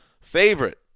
favorite